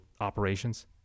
operations